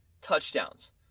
touchdowns